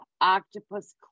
octopus